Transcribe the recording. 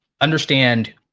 understand